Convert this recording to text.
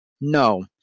no